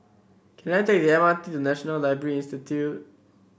can I take the M R T to National Library Institute